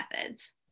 methods